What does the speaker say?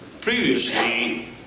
Previously